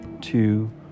two